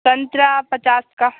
संतरा पचास का